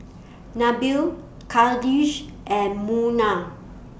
Nabil Khalish and Munah